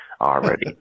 already